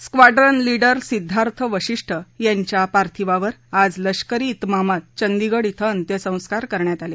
squadron leader Siddharth Vashisht यांच्या पार्थिवावर आज लष्करी त्रिमामात चंदीगढ क्वे अंत्यसंस्कार करण्यात आले